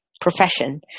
profession